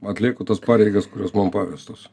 atliku tas pareigas kurios man pavestos